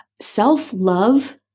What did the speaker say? Self-love